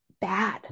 bad